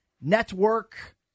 Network